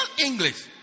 English